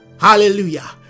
hallelujah